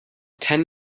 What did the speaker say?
ten